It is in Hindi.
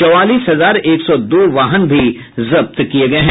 चौवालीस हजार एक सौ दो वाहन भी जब्त किये गये हैं